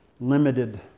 limited